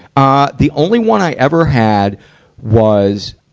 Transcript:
ah the only one i ever had was,